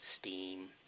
steam